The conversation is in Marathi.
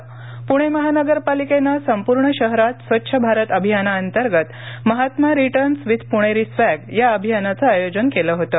प्णे महानगरपालिकेनं संपूर्ण शहरात स्वच्छ भारत अभियाना अंतर्गत Mahatma returns with Puneri swag या अभियानाचं आयोजन केलं होतं